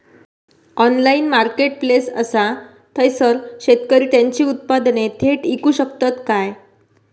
Online marketplace असा थयसर शेतकरी त्यांची उत्पादने थेट इकू शकतत काय?